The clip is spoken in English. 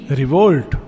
revolt